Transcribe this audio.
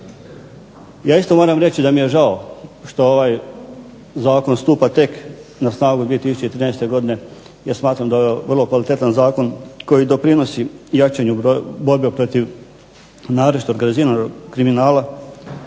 Ja isto moram reći da mi je žao što ovaj zakon stupa tek na snagu 2013. godine jer smatram da je vrlo kvalitetan zakon koji doprinosi jačanju borbe protiv naročito organiziranog kriminala